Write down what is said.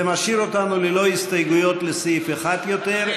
זה משאיר אותנו ללא הסתייגויות לסעיף 1 יותר.